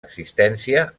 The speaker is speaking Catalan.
existència